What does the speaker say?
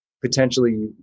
potentially